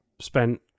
spent